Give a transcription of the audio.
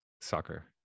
Soccer